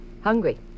hungry